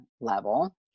level